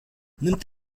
nimmt